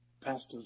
Pastors